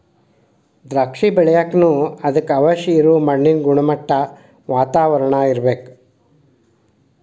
ದ್ರಾಕ್ಷಿ ಬೆಳಿಯಾಕನು ಅದಕ್ಕ ಅವಶ್ಯ ಇರು ಮಣ್ಣಿನ ಗುಣಮಟ್ಟಾ, ವಾತಾವರಣಾ ಇರ್ಬೇಕ